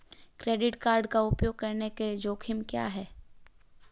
Credit card का उपयोग करने के जोखिम क्या हैं?